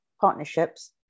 partnerships